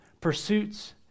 pursuits